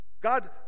God